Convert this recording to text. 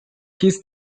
his